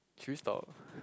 should we stop